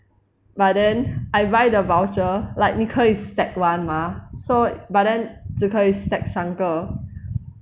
but then I buy the voucher like 你可以 stack [one] mah so but then 只可以 stack 三个